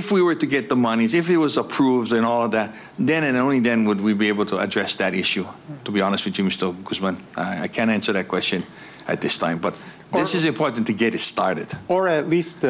if we were to get the moneys if it was approved in all of that then and only then would we be able to address that issue to be honest with you because when i can answer that question at this time but this is important to get it started or at least